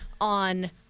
on